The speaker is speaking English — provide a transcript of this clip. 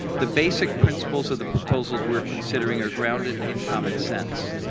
the basic principles of the proposals we are considering are grounded in common sense.